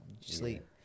sleep